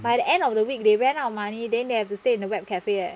by the end of the week they ran out of money then they have to stay in the web cafe eh